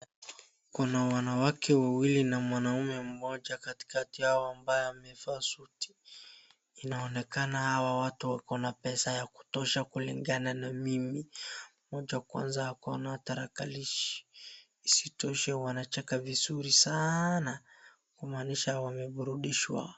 Kuna wanawake wawili na mwanaume mmoja katika yao ambaye amevaa suti, inaonekana hawa watu wako na pesa ya kutosha kulingana na mimi, mmoja kwanza ako na tarakilishi, isitoshe wanacheka vizuri sana kumaanisha wamebudishwa.